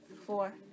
Four